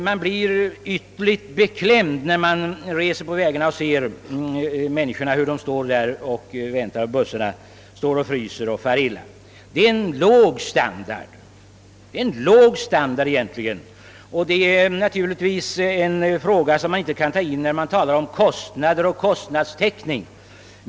Man blir ytterligt beklämd när man ser hur de fryser och far illa. Detta är en mycket låg standard. Dessa synpunkter kan naturligtvis inte beaktas när man talar om kostnader och kostnadstäckning.